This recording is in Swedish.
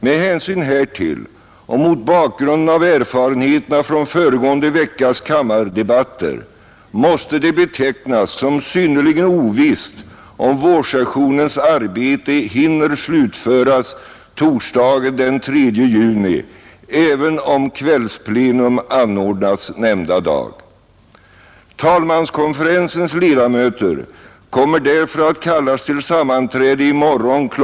Med hänsyn härtill och mot bakgrunden av erfarenheterna från föregående veckas kammardebatter måste det betecknas som synnerligen ovisst om vårsessionens arbete hinner slutföras torsdagen den 3 juni även om kvällsplenum anordnas nämnda dag. Talmanskonferensens ledamöter kommer därför att kallas till sammanträde i morgon kl.